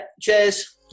Cheers